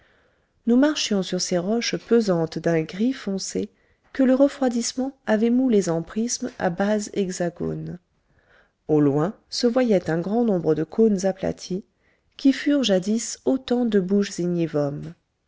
nous marchions sur ces roches pesantes d'un gris foncé que le refroidissement avait moulées en prismes à base hexagone au loin se voyaient un grand nombre de cônes aplatis qui furent jadis autant de bouches ignivomes